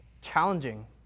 challenging